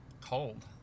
Cold